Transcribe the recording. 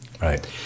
Right